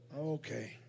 okay